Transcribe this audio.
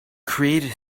created